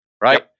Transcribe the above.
right